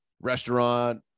Restaurant